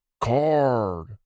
Card